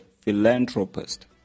philanthropist